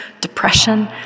depression